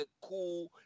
cool